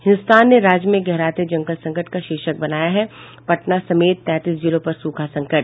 हिन्द्रस्तान ने राज्य में गहराते जल संकट का शीर्षक बनाया है पटना समेत तैंतीस जिलों पर सूखा संकट